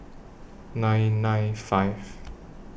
nine nine five